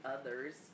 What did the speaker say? others